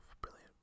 brilliant